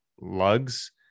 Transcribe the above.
lugs